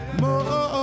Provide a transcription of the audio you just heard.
more